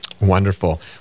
Wonderful